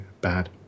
Bad